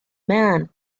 man